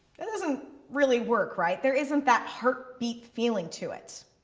that doesn't really work right? there isn't that heartbeat feeling to it.